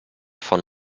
von